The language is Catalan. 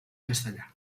castellà